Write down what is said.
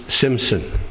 Simpson